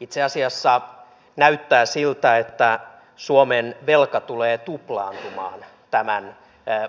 itse asiassa näyttää siltä että suomen velka tulee tuplaantumaan tämän